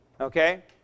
Okay